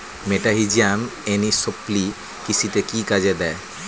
মেটাহিজিয়াম anisopliae কৃষিতে কি কাজে দেয়?